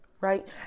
right